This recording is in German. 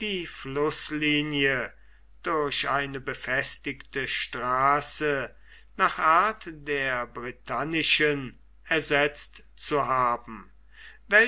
die flußlinie durch eine befestigte straße nach art der britannischen ersetzt zu haben